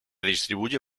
distribuye